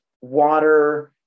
water